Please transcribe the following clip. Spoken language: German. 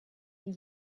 die